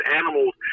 animals